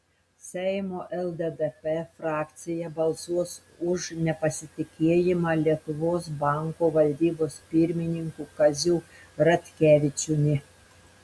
seimo lddp frakcija balsuos už nepasitikėjimą lietuvos banko valdybos pirmininku kaziu ratkevičiumi